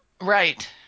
Right